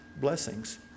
blessings